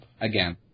again